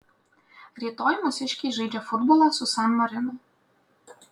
rytoj mūsiškiai žaidžia futbolą su san marinu